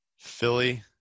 Philly